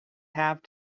have